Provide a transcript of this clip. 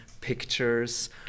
pictures